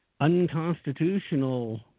unconstitutional